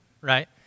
Right